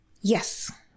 Yes